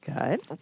Good